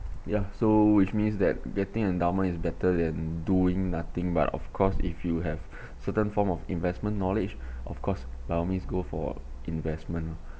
ya so which means that getting endowment is better than doing nothing but of course if you have certain form of investment knowledge of course by all means go for investment